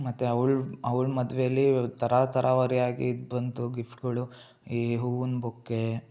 ಮತ್ತು ಅವ್ಳ ಅವ್ಳ ಮದುವೆಯಲ್ಲಿ ಥರಥರವಾರಿಯಾಗಿ ಬಂತು ಗಿಫ್ಟ್ಗಳು ಈ ಹೂವಿನ ಬೊಕ್ಕೆ